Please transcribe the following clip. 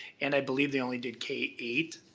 and i believe they only did k eight.